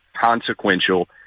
consequential